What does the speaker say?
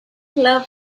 love